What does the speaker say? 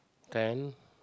then